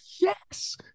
yes